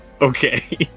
Okay